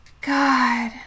God